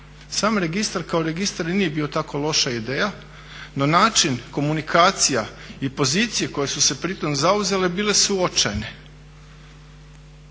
Sam registar kao registar i nije bio tako loša ideja, no način komunikacija i pozicije koje su se pritom zauzele bile su očajne.